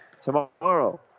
Tomorrow